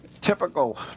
Typical